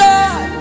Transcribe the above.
God